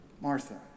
Martha